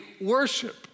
worship